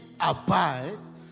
abides